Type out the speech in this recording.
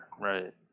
Right